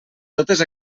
totes